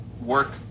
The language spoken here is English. work